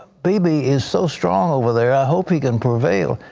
bibi is so strong over there, i hope he can prevail.